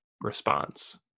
response